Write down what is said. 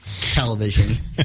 television